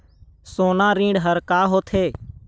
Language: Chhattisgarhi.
सोना ऋण हा का होते?